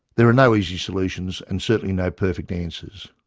there are no easy solutions and certainly no perfect answers.